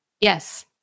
Yes